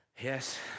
Yes